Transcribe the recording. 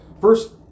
First